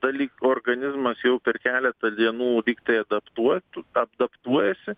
dalykų organizmas jau per keletą dienų tiktai adaptuotų adaptuojasi